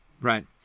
right